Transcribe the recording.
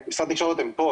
משרד התקשורת פה,